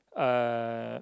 uh